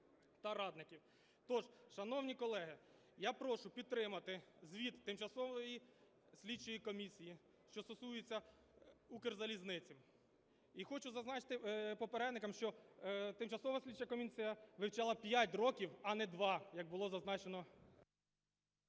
Тож, шановні колеги, я прошу підтримати звіт тимчасової слідчої комісії, що стосується Укрзалізниці. І хочу зазначити попередникам, що тимчасова слідча комісія вивчала п'ять років, а не два, як було зазначено.